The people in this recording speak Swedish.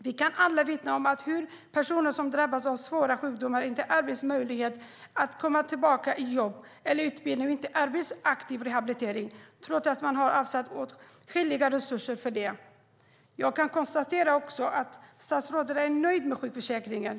Vi kan alla vittna om hur personer som drabbas av svåra sjukdomar inte erbjuds möjlighet att komma tillbaka till jobb eller utbildning och inte erbjuds aktiv rehabilitering, trots att man har avsatt åtskilliga resurser för det. Jag kan konstatera att statsrådet är nöjd med sjukförsäkringen.